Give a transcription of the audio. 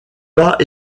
pas